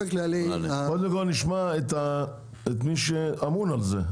קודם כל נשמע את מי שאמון על זה.